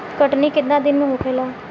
कटनी केतना दिन में होखेला?